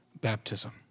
baptism